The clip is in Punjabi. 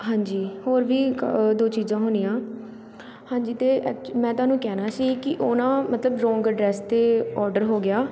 ਹਾਂਜੀ ਹੋਰ ਵੀ ਕ ਦੋ ਚੀਜ਼ਾ ਹੋਣੀਆਂ ਹਾਂਜੀ ਅਤੇ ਐਕਚ ਮੈਂ ਤੁਹਾਨੂੰ ਕਹਿਣਾ ਸੀ ਕਿ ਉਹ ਨਾ ਮਤਲਬ ਰੋਂਗ ਐਡਰੈਸ 'ਤੇ ਔਡਰ ਹੋ ਗਿਆ